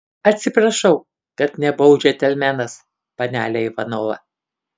atsiprašau kad nebuvau džentelmenas panele ivanova